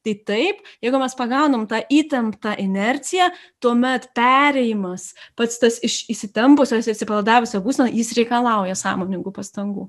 tai taip jeigu mes pagaunam tą įtemptą inerciją tuomet perėjimas pats tas iš įsitempusios į atsipalaidavusią būseną jis reikalauja sąmoningų pastangų